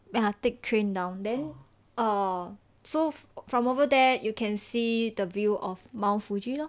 ya take train down then err from over there you can see the view of mount fuji lor